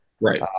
Right